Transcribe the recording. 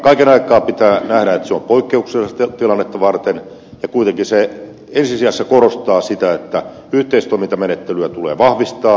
kaiken aikaa pitää nähdä että se on poikkeuksellista tilannetta varten ja kuitenkin se ensi sijassa korostaa sitä että yhteistoimintamenettelyä tulee vahvistaa